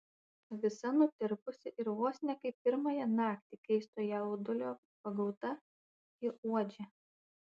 visa nutirpusi ir vos ne kaip pirmąją naktį keisto jaudulio pagauta ji uodžia